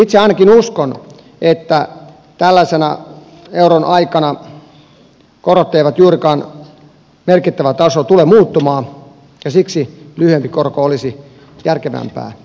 itse ainakin uskon että tällaisena euron aikana korot eivät juurikaan merkittävällä tasolla tule muuttumaan ja siksi lyhyempi korko olisi järkevämpää ottaa